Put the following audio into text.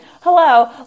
Hello